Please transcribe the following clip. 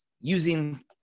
using